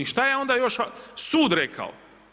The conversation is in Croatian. I šta je onda još sud rekao?